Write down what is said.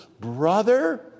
brother